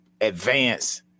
advance